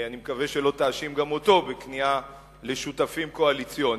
אני מקווה שלא תאשים גם אותו בכניעה לשותפים קואליציוניים.